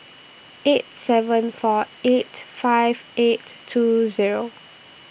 eight seven four eight five eight two Zero